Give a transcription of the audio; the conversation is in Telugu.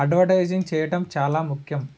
అడ్వర్టైజింగ్ చేయటం చాలా ముఖ్యం